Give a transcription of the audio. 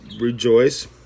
rejoice